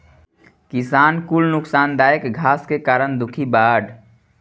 किसान कुल नोकसानदायक घास के कारण दुखी बाड़